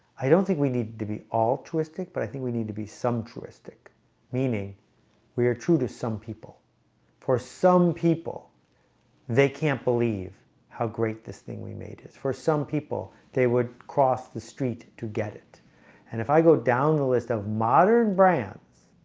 i don't think we need to be altruistic but i think we need to be some true istic meaning we are true to some people for some people they can't believe how great this thing we made is for some people they would cross the street to get it and if i go down the list of modern brands